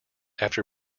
after